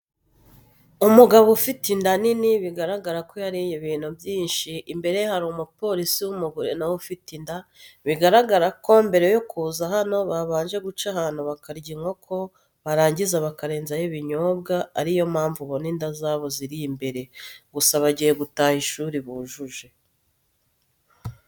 Umugabo ufite inda nini bigaragara ko yariye ibintu byinshi, imbere ye hari umupolisi w'umugore nawe ufite inda. Biragaragara ko mbere yo kuza hano babanje guca ahantu bakarya inkoko, barangiza bakarenzaho ibinyobwa ariyo mpamvu ubona inda zabo ziri imbere. Gusa bagiye gutaha ishuri bujuje.